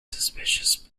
suspicious